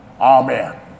Amen